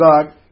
God